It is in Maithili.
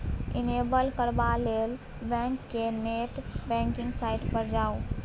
इनेबल करबा लेल बैंक केर नेट बैंकिंग साइट पर जाउ